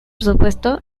supuesto